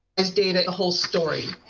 as data the whole story.